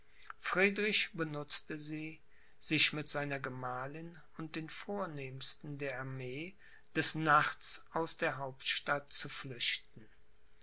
benutzte sie sich mit seiner gemahlin und den vornehmsten der armee des nachts aus der hauptstadt zu flüchten